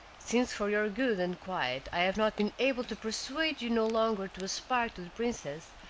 since for your good and quiet i have not been able to persuade you no longer to aspire to the princess,